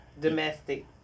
domestic